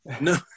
No